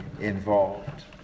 involved